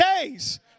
days